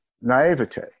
naivete